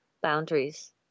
boundaries